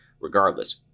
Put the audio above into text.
regardless